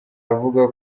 avuga